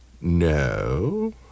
No